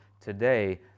today